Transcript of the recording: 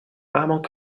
amok